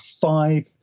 five